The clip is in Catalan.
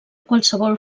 qualsevol